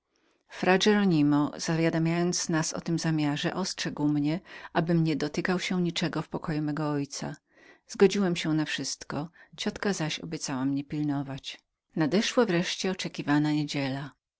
heronimo zawiadamiając nas o tym zamiarze ostrzegł mnie abym nie dotykał się niczego w pokoju mego ojca zgodziłem się na wszystko moja ciotka zaś obiecała mnie pilnować nadeszła wreszcie oczekiwana niedziela